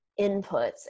inputs